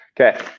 okay